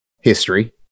history